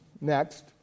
next